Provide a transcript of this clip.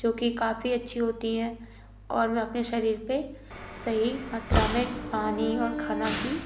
जो कि काफ़ी अच्छी होती हैं और मैं अपनी शरीर पे सही मात्रा में पानी और खाना की